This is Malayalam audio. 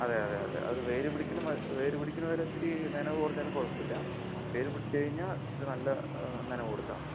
അതെ അതെ അതെ അത് വേര് പിടിക്കുമ്പം അത് വേര് പിടിക്കുന്ന വരെ ഇത്തിരി നനവ് കുറഞ്ഞാലും കുഴപ്പം ഇല്ല വേര് പിടിച്ച് കഴിഞ്ഞാൽ അത് നല്ല നനവ് കൊടുത്താൽ മതി